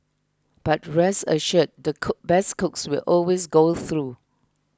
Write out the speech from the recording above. but rest assured the cook best cooks will always go through